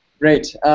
Great